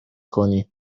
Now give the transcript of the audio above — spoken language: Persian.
کنی